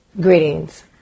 Greetings